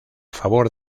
favor